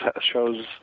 shows